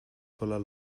voller